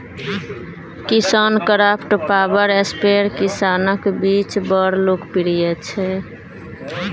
KisanKraft power sprayer किसानक बीच बड़ लोकप्रिय छै